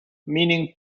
meaning